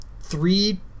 three